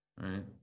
right